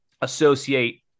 associate